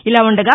ఇలా ఉండగా